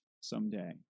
someday